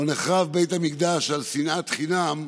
שבו נחרב בית המקדש על שנאת חינם,